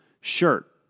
shirt